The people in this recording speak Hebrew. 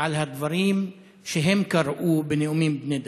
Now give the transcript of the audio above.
על הדברים שהם קראו בנאומים בני דקה.